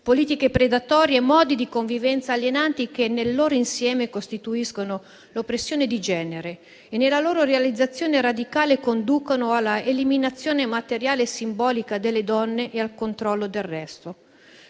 politiche predatorie e modi di convivenza alienanti che nel loro insieme costituiscono l'oppressione di genere e nella loro realizzazione radicale conducono alla eliminazione materiale e simbolica delle donne e al controllo del resto.